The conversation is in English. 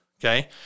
Okay